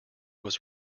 was